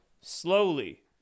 slowly